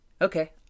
okay